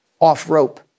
off-rope